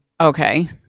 Okay